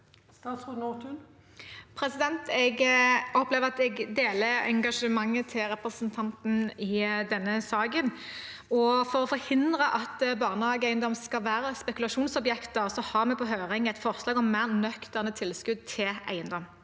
Nessa Nordtun Jeg opple- ver at jeg deler engasjementet til representanten i denne saken. For å forhindre at barnehageeiendom skal være spekulasjonsobjekter, har vi på høring et forslag om mer nøkterne tilskudd til eiendom.